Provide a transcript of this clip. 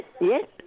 Yes